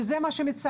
וזה מה שמצער,